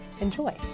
Enjoy